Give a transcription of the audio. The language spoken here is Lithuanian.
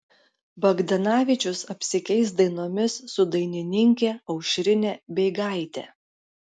bagdanavičius apsikeis dainomis su dainininke aušrine beigaite